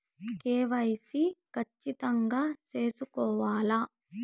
KYC ఖచ్చితంగా సేసుకోవాలా